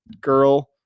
girl